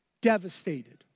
devastated